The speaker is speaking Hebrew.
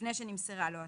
לפני שנמסרה לו התראה.